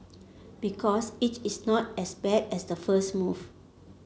because it is not as bad as the first move